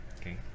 okay